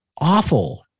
awful